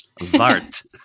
Vart